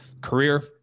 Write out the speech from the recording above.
career